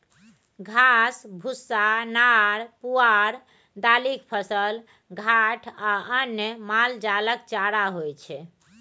घास, भुस्सा, नार पुआर, दालिक फसल, घाठि आ अन्न मालजालक चारा होइ छै